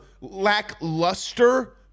lackluster